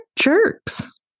jerks